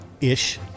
ish